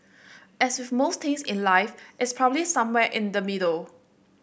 as with most things in life it's probably somewhere in the middle